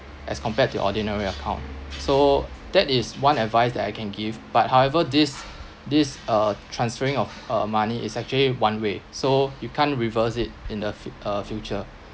as compared to ordinary account so that is one advice that I can give but however this this uh transferring of uh money is actually one way so you can't reverse it in the f~ uh future